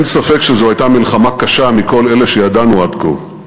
"אין ספק שזו הייתה מלחמה קשה מכל אלה שידענו עד כה.